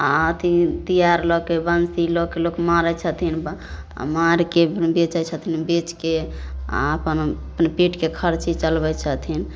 आ अथी तियार लऽ के बंसी लऽके लोक मारै छथिन आ मारिके बेचै छथिन बेचके आ अपन ओ पेटके खर्ची चलबै छथिन